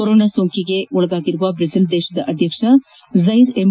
corona ಸೋಂಕಿಗೆ ಒಳಗಾಗಿರುವ Brazil ಅಧ್ಯಕ್ಷ ಜೈರ್ ಎಂ